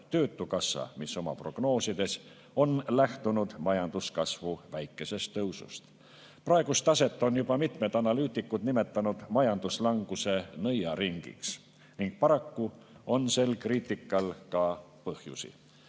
Töötukassa, mis oma prognoosides on lähtunud majanduskasvu väikesest tõusust. Praegust taset on juba mitmed analüütikud nimetanud majanduslanguse nõiaringiks ning paraku on sel kriitikal ka põhjusi.